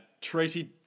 Tracy